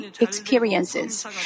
experiences